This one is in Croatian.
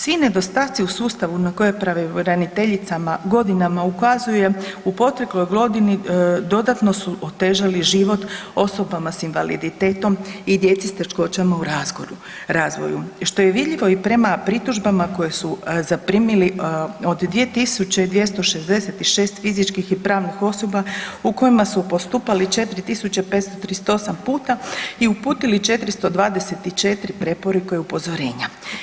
Svi nedostaci u sustavu na koje je pravobraniteljica godinama ukazuje u protekloj godini dodatno su otežali život osobama s invaliditetom i djeci s teškoćama u razvoju što je vidljivo i prema pritužbama koje su zaprimili od 2266 fizičkih i pravnih osoba u kojima su postupali 4538 puta i uputili 424 preporuka i upozorenja.